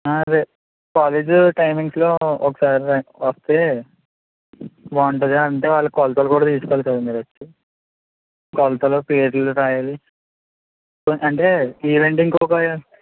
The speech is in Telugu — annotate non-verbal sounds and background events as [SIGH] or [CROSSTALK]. [UNINTELLIGIBLE] కాలేజు టైమింగ్స్లో ఒకసారి రం వస్తే బాగుంటుంది అంటే వాళ్ళ కొలతలు కూడా తీసుకోవాలి కదా మీరు వచ్చి కొలతలు పేర్లు రాయాలి [UNINTELLIGIBLE] అంటే ఈవెంట్ ఇంకొకా